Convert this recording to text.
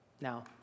Now